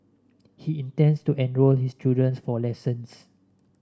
he intends to enrol his children's for lessons